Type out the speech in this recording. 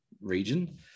region